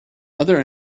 other